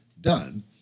done